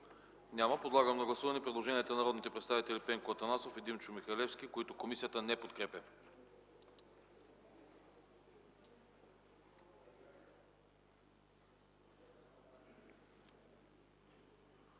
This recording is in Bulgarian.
Няма. Подлагам на гласуване предложението на народните представители Пенко Атанасов и Димчо Михалевски, което комисията не подкрепя.